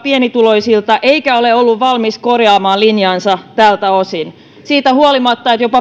pienituloisilta eikä ole ollut valmis korjaamaan linjaansa tältä osin siitä huolimatta että jopa